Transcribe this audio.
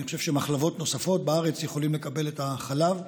אני חושב שמחלבות נוספות בארץ יכולות לקבל את החלב,